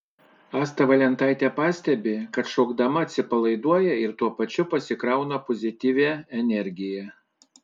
asta valentaitė pastebi kad šokdama atsipalaiduoja ir tuo pačiu pasikrauna pozityvia energija